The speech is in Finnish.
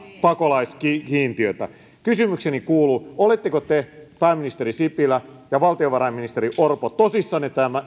pakolaiskiintiötä kysymykseni kuuluu oletteko te pääministeri sipilä ja valtiovarainministeri orpo tosissanne